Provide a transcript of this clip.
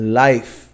life